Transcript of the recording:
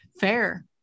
Fair